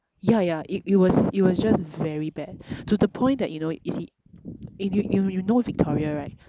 yeah yeah it it was it was just very bad to the point that you know you see you you you know victoria right